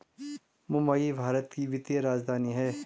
मुंबई भारत की वित्तीय राजधानी है